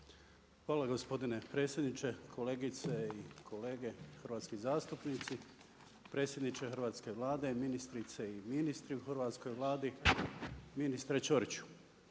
Hvala gospodine predsjedniče. Kolegice i kolege, hrvatski zastupnici, predsjedniče hrvatske Vlade, ministrice i ministri u hrvatskoj Vladi, ministre Ćoriću.